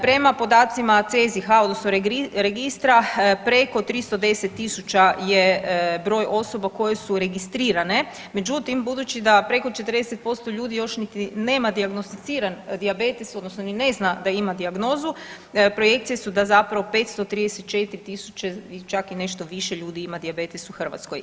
Prema podacima CEZIH-a odnosno registra preko 310.000 je broj osoba koje su registrirane, međutim budući da preko 40% ljudi niti nema dijagnosticiran dijabetes odnosno ni ne zna da ima dijagnozu projekcije su da zapravo 534.000 čak i nešto više ljudi ima dijabetes u Hrvatskoj.